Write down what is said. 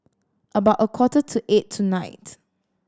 about a quarter to eight tonight